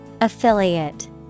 Affiliate